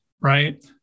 right